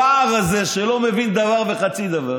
הבער הזה שלא מבין דבר וחצי דבר